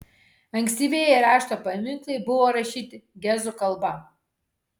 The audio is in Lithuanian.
ankstyvieji rašto paminklai buvo rašyti gezu kalba